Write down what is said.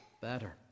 better